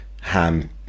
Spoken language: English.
ham